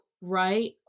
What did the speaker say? right